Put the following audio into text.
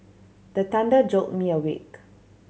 the thunder jolt me awake